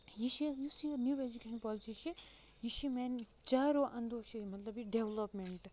یہِ چھِ یُس یہِ نِو ایجُکیشن پولسی چھِ یہِ چھِ میانہِ چارو اَندو چھِ یہِ مطلب یہِ ڈیولَمینٹ